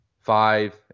five